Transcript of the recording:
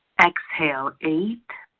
exhale, eight,